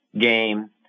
game